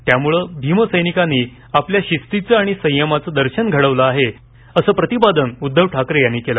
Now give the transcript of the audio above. त्यामुळे भीमसैनिकांनी आपल्या शिस्तीचे आणि संयमाचे दर्शन घडवले आहे असे प्रतिपादन उध्दव ठाकरे यांनी केले